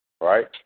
Right